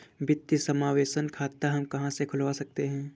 वित्तीय समावेशन खाता हम कहां से खुलवा सकते हैं?